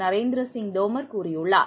நரேந்திரசிங் தோமர் கூறியுள்ளார்